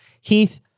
Heath